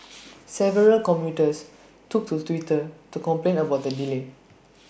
several commuters took to Twitter to complain about the delay